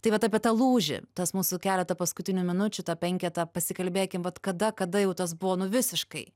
tai vat apie tą lūžį tas mūsų keletą paskutinių minučių tą penketą pasikalbėkim vat kada kada jau tas buvo nu visiškai